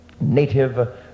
native